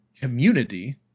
community